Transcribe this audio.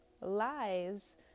lies